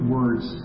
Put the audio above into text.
words